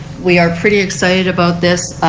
we are pretty excited about this.